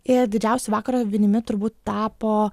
ir didžiausia vakaro vinimi turbūt tapo